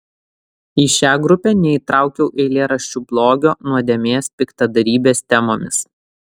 į šią grupę neįtraukiau eilėraščių blogio nuodėmės piktadarybės temomis